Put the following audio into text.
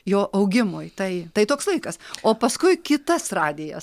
jo augimui tai tai toks laikas o paskui kitas radijas